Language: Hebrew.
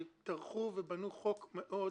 באמת,